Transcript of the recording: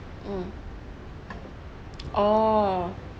um oh